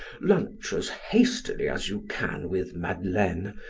lunch as hastily as you can with madeleine,